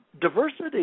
diversity